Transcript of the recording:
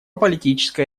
политическая